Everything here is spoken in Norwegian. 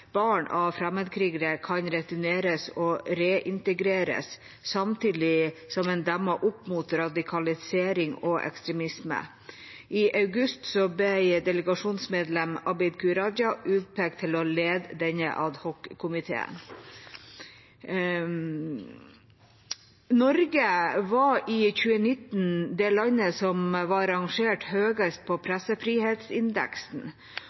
barn av fremmedkrigere kan returneres og reintegreres, samtidig som en demmer opp for radikalisering og ekstremisme. I august ble delegasjonsmedlem Abid Q. Raja utpekt til å lede denne adhockomiteen. Norge var i 2019 det landet som var rangert høyest på